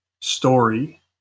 story